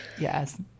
Yes